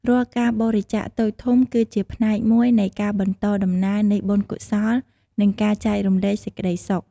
រាល់ការបរិច្ចាគតូចធំ គឺជាផ្នែកមួយនៃការបន្តដំណើរនៃបុណ្យកុសល និងការចែករំលែកសេចក្តីសុខ។